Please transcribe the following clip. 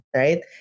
right